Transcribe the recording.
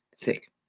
thick